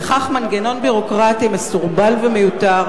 וכך מנגנון ביורוקרטי מסורבל ומיותר